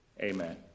amen